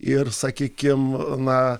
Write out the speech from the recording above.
ir sakykim na